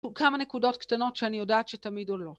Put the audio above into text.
כמה נקודות קטנות שאני יודעת שתמיד עולות